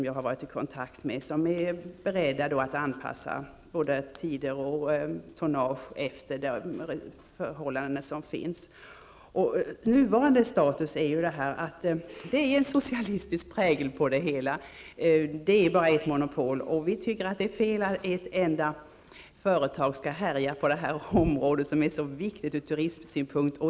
Jag har varit i kontakt med rederier som är beredda att anpassa både tider och tonnage efter dessa förhållanden. Nuvarande status är ju att det är en socialistisk prägel på det hela. Det är ett monopol, och vi tycker att det är fel att ett enda företag skall få härja på det här området som är så viktigt ur turistsynpunkt.